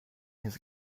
his